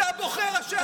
אתה בוחר ראשי ערים.